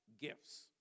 gifts